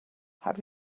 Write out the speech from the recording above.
have